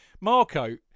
Marco